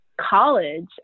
college